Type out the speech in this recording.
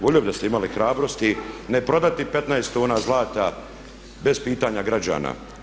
Volio bih da ste imali hrabrosti ne prodati 15 tona zlata bez pitanja građana.